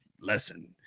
lesson